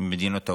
ממדינות העולם.